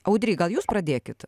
audry gal jūs pradėkit